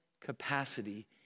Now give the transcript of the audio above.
capacity